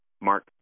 Mark